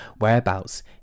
whereabouts